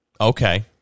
Okay